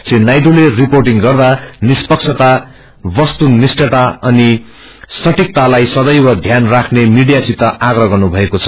श्री नायड्रले रिपोटिंग गर्दा निष्पक्षता वस्तुनिष्ठता अनि सठीकतालाई सदैव ध्यान राख्ने मीडिया सित आप्रह गर्नुभएको छ